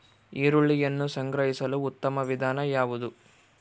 ಈರುಳ್ಳಿಯನ್ನು ಸಂಗ್ರಹಿಸಲು ಉತ್ತಮ ವಿಧಾನ ಯಾವುದು?